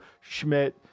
Schmidt